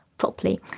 Properly